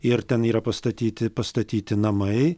ir ten yra pastatyti pastatyti namai